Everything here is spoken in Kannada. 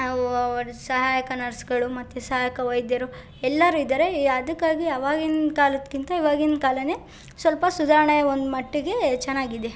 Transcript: ಅವು ಅವರ ಸಹಾಯಕ ನರ್ಸ್ಗಳು ಮತ್ತು ಸಹಾಯಕ ವೈದ್ಯರು ಎಲ್ಲಾರು ಇದ್ದಾರೆ ಅದಕ್ಕಾಗಿ ಅವಾಗಿನ ಕಾಲದಕ್ಕಿಂತ ಇವಾಗಿನ ಕಾಲವೇ ಸ್ವಲ್ಪ ಸುಧಾರಣೆಗ್ ಒಂದು ಮಟ್ಟಿಗೇ ಚೆನ್ನಾಗಿದೆ